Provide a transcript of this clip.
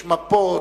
יש מפות.